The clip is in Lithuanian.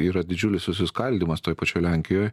yra didžiulis susiskaldymas toj pačioj lenkijoj